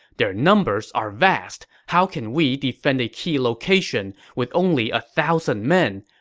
their numbers are vast. how can we defend a key location with only a thousand men?